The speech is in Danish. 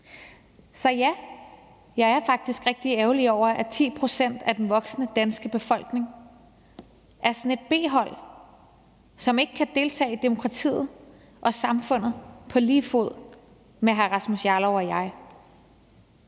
Ja, jeg er faktisk rigtig ærgerlig over, at 10 pct. af den voksne danske befolkning er sådan et B-hold, som ikke kan deltage i demokratiet og samfundet på lige fod med hr. Rasmus Jarlov og mig.